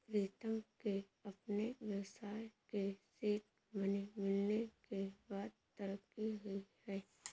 प्रीतम के अपने व्यवसाय के सीड मनी मिलने के बाद तरक्की हुई हैं